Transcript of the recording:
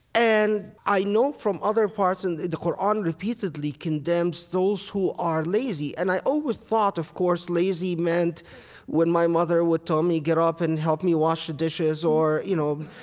and i know from other parts in the the qur'an repeatedly condemns those who are lazy. and i always thought, of course, lazy meant when my mother would tell me, get up and help me wash the dishes or, or, you know.